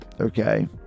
Okay